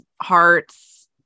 hearts